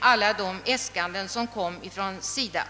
alla äskanden från SIDA.